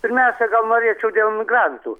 pirmiausia gal norėčiau dėl migrantų